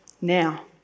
now